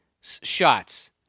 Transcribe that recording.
shots